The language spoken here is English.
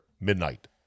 midnight